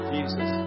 Jesus